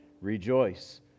Rejoice